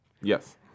Yes